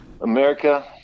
America